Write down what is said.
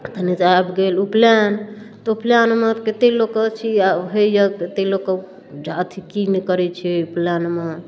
आबि गेल उपनयन तऽ उपनयनमे कते लोकके हइए कते लोकके अथी की ने करै छै उपनयनमे